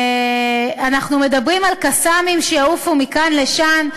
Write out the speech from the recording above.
אנחנו מדברים על "קסאמים" שיעופו מכאן לשם.